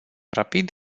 rapid